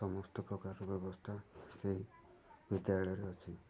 ସମସ୍ତ ପ୍ରକାରର ବ୍ୟବସ୍ଥା ସେ ବିଦ୍ୟାଳୟରେ ଅଛି ଆଉ